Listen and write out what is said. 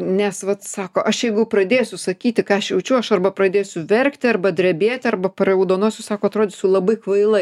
nes vat sako aš jeigu pradėsiu sakyti ką aš jaučiu aš arba pradėsiu verkti arba drebėti arba paraudonuosiu sako atrodysiu labai kvailai